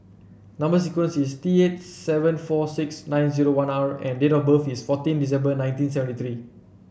number sequence is T eight seven four six nine zero one R and date of birth is fourteen December nineteen seventy three